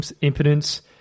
impotence